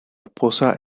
esposa